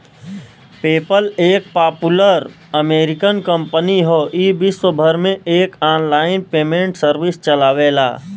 PayPal एक popular American company हौ ई विश्वभर में एक आनलाइन पेमेंट सर्विस चलावेला